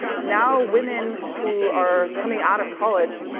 now women who are coming out of college,